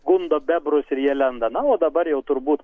gundo bebrus ir jie lenda na o dabar jau turbūt